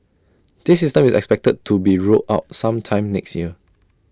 this system is expected to be rolled out sometime next year